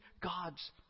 God's